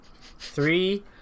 Three